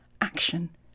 action